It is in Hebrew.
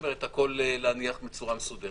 בספטמבר את הכול בצורה מסודרת.